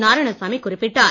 நாராயணசாமி குறிப்பிட்டார்